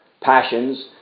passions